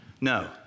No